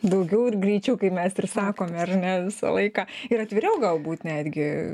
daugiau ir greičiau kaip mes ir sakome ar ne visą laiką ir atviriau galbūt netgi